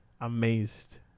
amazed